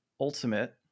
ultimate